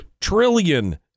trillion